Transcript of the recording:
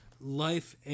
life